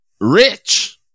Rich